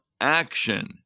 action